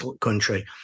country